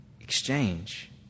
exchange